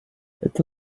эта